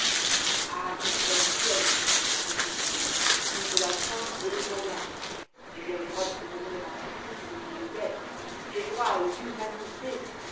ah qu'à cela ne tienne reprit-il qui veut la fin veut les moyens j'ai bien le droit de devenir à tout prix ce que je devrais être j'ai droit à l'humanité